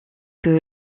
que